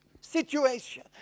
situation